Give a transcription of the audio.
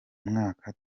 mwaka